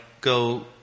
go